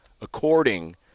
according